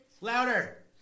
Louder